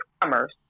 commerce